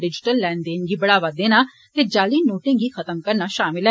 digital लैन देन गी बढ़ावा देना ते जाली नोटे गी खत्म करना शामल ऐ